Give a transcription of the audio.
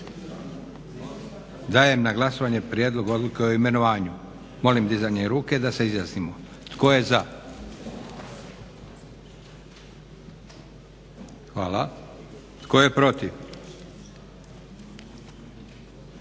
Dajem na glasovanje prijedlog odluke o imenovanju. Molim dizanjem ruke da se izjasnimo tko je za. Hvala. Tko je protiv?